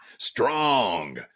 strong